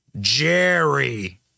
Jerry